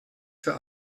für